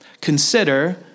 consider